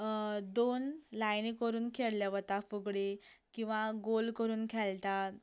दोन लायनी करून खेळ्ळे वता फुगडी किंवा गोल करून खेळटात